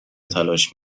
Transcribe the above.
تلاش